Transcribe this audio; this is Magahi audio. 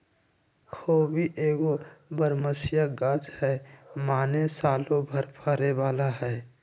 खोबि एगो बरमसिया ग़ाछ हइ माने सालो भर फरे बला हइ